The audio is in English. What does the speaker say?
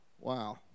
Wow